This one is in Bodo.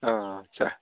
आच्चा